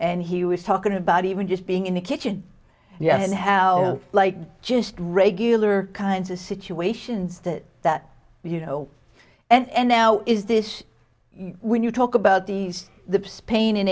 and he was talking about even just being in the kitchen yeah like just regular kinds of situations that that you know and now is this when you talk about these the spain and